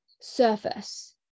surface